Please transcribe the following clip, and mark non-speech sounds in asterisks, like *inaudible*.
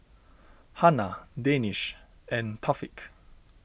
Hana Danish and *unintelligible*